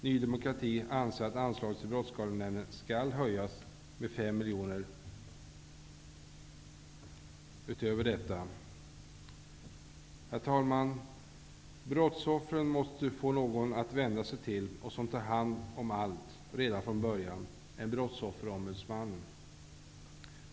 Ny demokrati anser att anslaget till Brottsskadenämnden skall höjas med 5 miljoner utöver detta. Herr talman! Brottsoffren måste få någon att vända sig till som tar hand om allt redan från början -- en brottsofferombudsman.